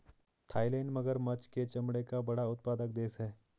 Thailand मगरमच्छ पर चमड़े का बड़ा उत्पादक देश है